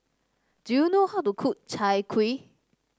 do you know how to cook Chai Kuih